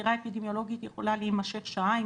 חקירה אפידמיולוגית יכולה להימשך שעה אם